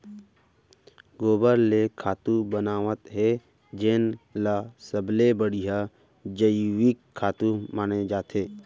गोबर ले खातू बनावत हे जेन ल सबले बड़िहा जइविक खातू माने जाथे